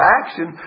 action